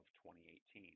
2018